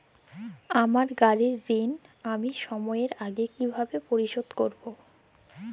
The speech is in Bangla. আমার গাড়ির ঋণ আমি সময়ের আগে কিভাবে পরিশোধ করবো?